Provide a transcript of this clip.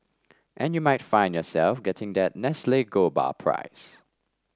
and you might find yourself getting that Nestle gold bar prize